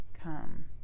come